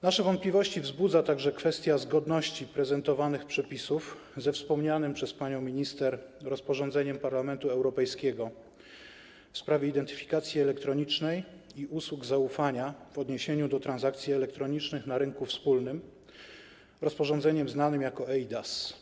Nasze wątpliwości budzi także kwestia zgodności prezentowanych przepisów ze wspomnianym przez panią minister rozporządzeniem Parlamentu Europejskiego w sprawie identyfikacji elektronicznej i usług zaufania w odniesieniu do transakcji elektronicznych na rynku wspólnym, rozporządzeniem znanym jako eIDAS.